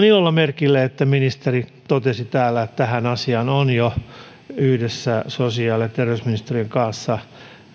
ilolla merkille että ministeri totesi täällä että tähän asiaan on jo yhdessä sosiaali ja terveysministeriön kanssa